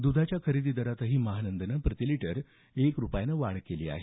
दुधाच्या खरेदी दरातही महानंदनं प्रतिलीटर एक रुपयानं वाढ केली आहे